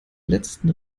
letzten